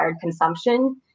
consumption